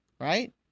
right